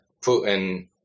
Putin